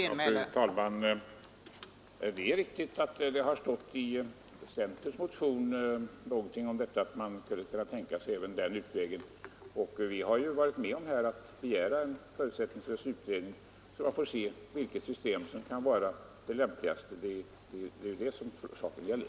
Fru talman! Det är riktigt att det i centerns motion har stått någonting om att man skulle kunna tänka sig även den utvägen. Vi har varit med om att begära en förutsättningslös utredning så att man får se vilket system som kan vara lämpligast. Det är detta som saken gäller.